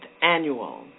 Annual